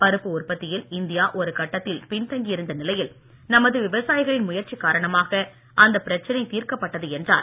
பருப்பு உற்பத்தியில் இந்தியா ஒருகட்டத்தில் பின்தங்கி இருந்த நிலையில் நமது விவசாயிகளின் முயற்சி காரணமாக அந்த பிரச்சனை தீர்க்கப்பட்டது என்றார்